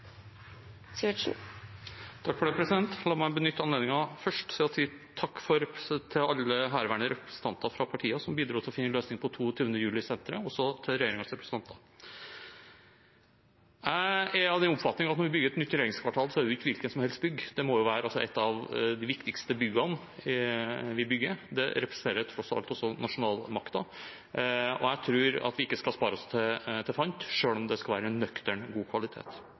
som bidro til å finne en løsning på 22. juli-senteret, og også til regjeringens representanter. Jeg er av den oppfatning at når vi bygger nytt regjeringskvartal, er det ikke et hvilket som helst bygg. Det må være et av de viktigste byggene vi bygger. Det representerer tross alt den nasjonale makten. Jeg tror vi ikke skal spare oss til fant, selv om det skal være en nøktern, god kvalitet.